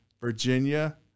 Virginia